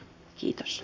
kiitos